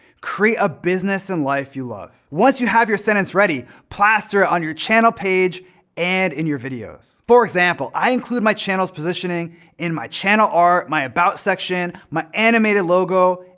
create a business and life you love. once you have your sentence it ready, plaster it on your channel page and in your videos. for example, i include my channel's positioning in my channel art, my about section, my animated logo,